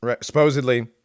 Supposedly